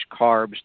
carbs